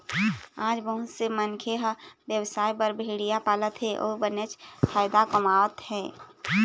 आज बहुत से मनखे ह बेवसाय बर भेड़िया पालत हे अउ बनेच फायदा कमावत हे